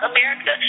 America